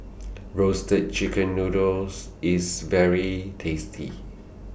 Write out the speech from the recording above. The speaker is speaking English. Roasted Chicken Noodles IS very tasty